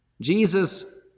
Jesus